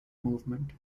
movement